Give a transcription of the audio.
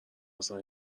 اصلن